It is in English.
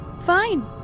Fine